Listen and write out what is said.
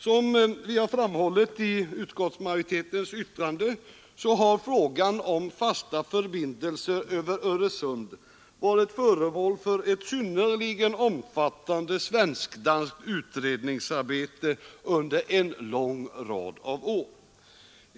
Som vi framhållit i utskottsmajoritetens yttrande har frågan om fasta förbindelser över Öresund varit föremål för ett synnerligen omfattande svensk-danskt utredningsarbete under en lång rad av år.